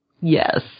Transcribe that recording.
Yes